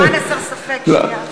למען הסר ספק, שנייה.